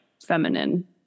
feminine